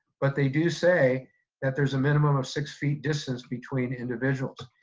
but they do say that there's a minimum of six feet distance between individuals.